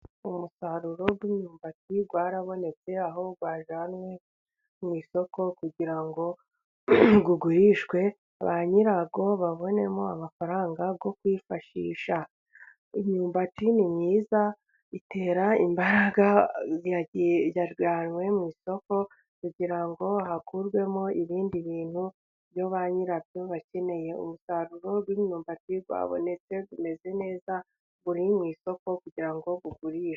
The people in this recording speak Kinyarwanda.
Umusaruro w'imyumbati warabonetse aho wajyanwe mu isoko kugira ngo ugurishwe ba nyirawo babonemo amafaranga yo kwifashisha. Imyumbati ni myiza itera imbaraga ,yajyanwe mu isoko kugira ngo hakurwemo ibindi bintu ibyo ba nyirabyo bakeneye, umusaruro w'imyumbati wabonetse umeze neza uri mu isoko kugira ngo ugurishwe.